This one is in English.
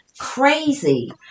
crazy